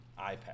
iPad